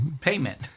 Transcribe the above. payment